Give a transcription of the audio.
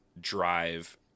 drive